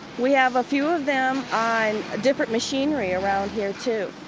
we have a few of them on different machinery around here, too,